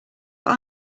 but